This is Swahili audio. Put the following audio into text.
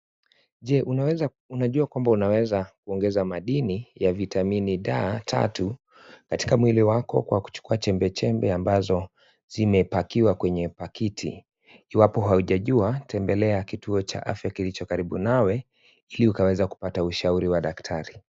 Je unaweza, unajua kwamba unaweza kuongeza madini, ya vitamini d tatu katika mwili wako kwa kuchukua chembechembe ambazo zimepakiwa kwenye pakiti? Iwapo haujajua tembelea kituo cha afya kilicho karibu nawe ili ukaweza kupata ushauri wa daktari.